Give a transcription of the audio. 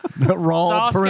Raw